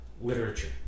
literature